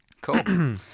Cool